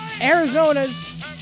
Arizona's